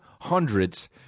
hundreds